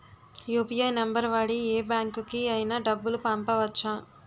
UPI number వాడి యే బ్యాంకుకి అయినా డబ్బులు పంపవచ్చ్చా?